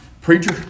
Preacher